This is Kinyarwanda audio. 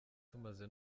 tumaze